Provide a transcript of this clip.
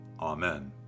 Amen